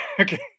Okay